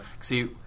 See